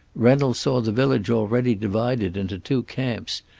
reynolds saw the village already divided into two camps,